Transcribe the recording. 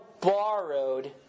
borrowed